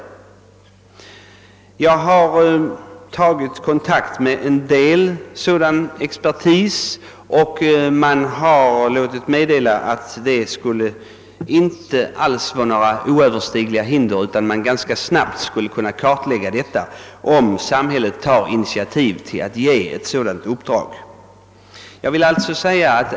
Jag har tagit kontakt med en del sådana experter, och man har uppgivit att det inte alls skulle möta några oöverstigliga hinder att utarbeta ett sådant expertutlåtande. Man skulle ganska snabbt kunna göra kartläggning av olika åtgärder om samhället tar initiativ till ett sådant uppdrag.